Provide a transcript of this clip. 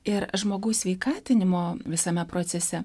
ir žmogaus sveikatinimo visame procese